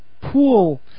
pool